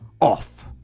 off